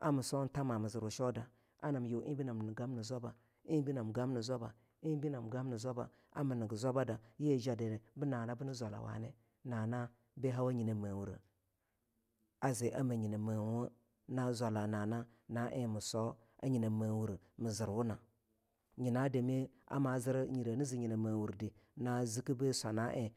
a mii swaan thamamii zirwu shew de a nam yue enig be nam gamni zwabba eing be nam gamni zwaba a mii niggi zwabba da yii jaddi bii naha bii nii zwala wani nana bii hawa nyina mewure a zii a meah nyina meawuwoh na zwala nana naen mii swah a nyina meawura mii zirwu na nyina dami ama zir yire nii zii nyina meawurdi nazi kii bii swa naa eing han hamana